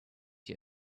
you